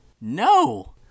No